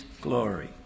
glory